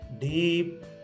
deep